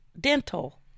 Dental